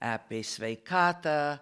apie sveikatą